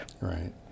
Right